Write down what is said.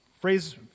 phrase